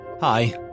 Hi